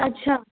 अच्छा